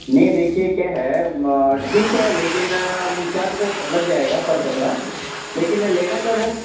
نہیں دیکھیے کیا ہے ٹھیک ہے لیکن چار روپے لگ جائے گا پر کپڑا لیکن لینا کب ہے